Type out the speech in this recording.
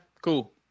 cool